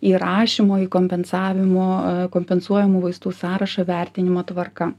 įrašymo į kompensavimo kompensuojamų vaistų sąrašą vertinimo tvarka